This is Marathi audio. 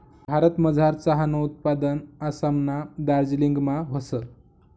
भारतमझार चहानं उत्पादन आसामना दार्जिलिंगमा व्हस